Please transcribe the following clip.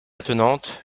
attenante